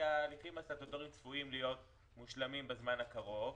כי ההליכים הסטטוטוריים צפויים להיות מושלמים בזמן הקרוב,